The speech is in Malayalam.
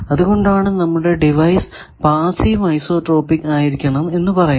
അതുകൊണ്ടാണ് നമ്മുടെ ഡിവൈസ് പാസ്സീവ് ഐസോട്രോപിക് ആയിരിക്കണം എന്ന് പറയുന്നത്